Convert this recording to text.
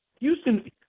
Houston